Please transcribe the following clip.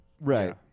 Right